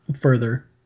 further